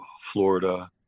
Florida